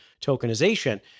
tokenization